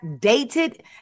dated